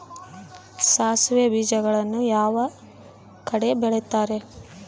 ಸಾಸಿವೆ ಬೇಜಗಳನ್ನ ಯಾವ ಕಡೆ ಬೆಳಿತಾರೆ?